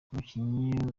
umukinnyi